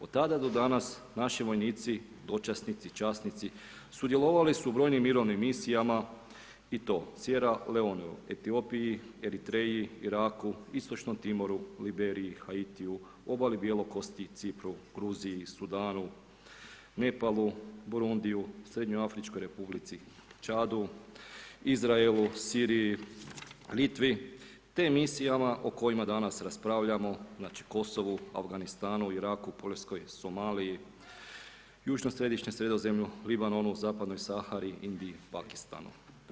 Od tada do danas naši vojnici, dočasnici, časnici sudjelovali su u brojnim mirovnim misijama i to Siera Lenoeu, Etiopiji, Eritreji, Iraku, Istočnom Timoru, Liberiji, Haitiju, Obali bjelokosti, Cipru, Gruziji, Sudanu, Nepalu, Borundiju, Srednjoafričkoj Republici, Čadu, Izraelu, Siriji, Litvi, te misijama o kojima danas raspravljamo, znači Kosovu, Afganistanu, Iraku, Poljskoj, Somaliji, Južno središnjem Sredozemlju, Libanonu, Zapadnoj Sahari, Indiji, Pakistanu.